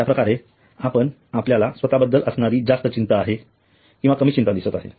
अशाप्रकारे आपण आपल्याला स्वतःबद्दल असणारी जास्त चिंता आहे किंवा कमी चिंता दिसत आहेत